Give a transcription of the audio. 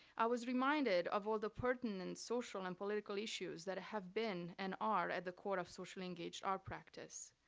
i was reminded of all the pertinent and social and political issues that have been and are at the core of socially engaged art practice.